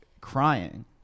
crying